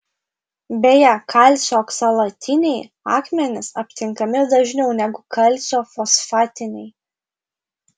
beje kalcio oksalatiniai akmenys aptinkami dažniau negu kalcio fosfatiniai